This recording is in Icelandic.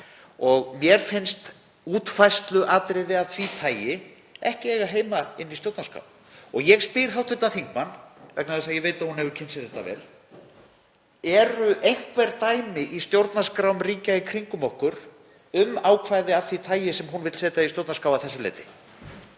Mér finnst útfærsluatriði af því tagi ekki eiga heima í stjórnarskrá. Og ég spyr hv. þingmann, vegna þess að ég veit að hún hefur kynnt sér þetta vel: Eru einhver dæmi í stjórnarskrám ríkja í kringum okkur um ákvæði af því tagi sem hún vill setja í stjórnarskrá að þessu leyti?